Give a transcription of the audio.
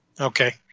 Okay